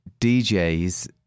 DJ's